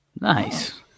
Nice